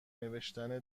نوشتن